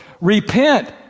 Repent